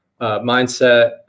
mindset